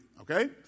Okay